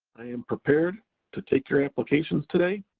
i am prepared to take your applications today,